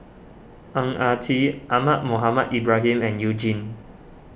Ang Ah Tee Ahmad Mohamed Ibrahim and You Jin